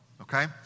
Okay